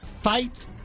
fight